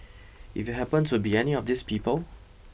if you happened to be any of these people